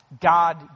God